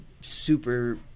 super